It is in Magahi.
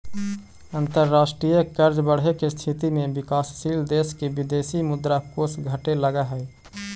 अंतरराष्ट्रीय कर्ज बढ़े के स्थिति में विकासशील देश के विदेशी मुद्रा कोष घटे लगऽ हई